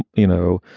you know,